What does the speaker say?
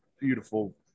beautiful